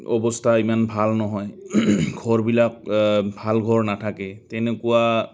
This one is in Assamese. অৱস্থা ইমান ভাল নহয় ঘৰবিলাক ভাল ঘৰ নাথাকে তেনেকুৱা